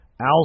Al